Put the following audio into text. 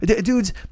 dudes